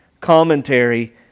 commentary